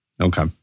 Okay